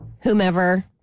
whomever